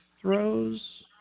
throws